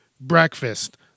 breakfast